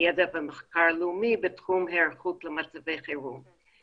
ידע ומחקר לאומי בתחום היערכות למצבי חירום.